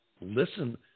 listen